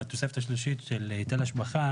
בתוספת השלישית של היטל השבחה